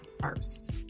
first